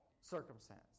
Circumstance